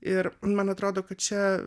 ir man atrodo kad čia